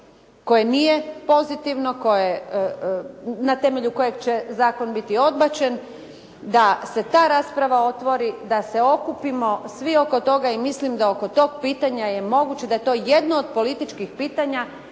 koje nije pozitivno, na temelju kojeg će zakon biti odbačen da se ta rasprava otvori, da se okupimo svi oko toga i mislim da oko tog pitanja je moguće da je to od političkih pitanja